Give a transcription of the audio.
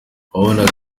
wabonaga